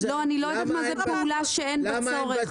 אני לא יודעת מה זאת פעולה שאין בה צורך.